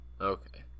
Okay